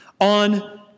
on